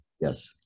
Yes